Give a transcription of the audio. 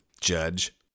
judge